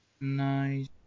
nice